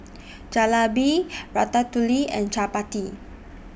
Jalebi Ratatouille and Chapati